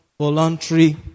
voluntary